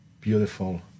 beautiful